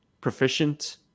proficient